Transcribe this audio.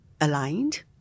aligned